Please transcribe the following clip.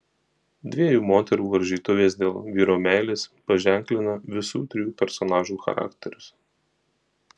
dviejų moterų varžytuvės dėl vyro meilės paženklina visų trijų personažų charakterius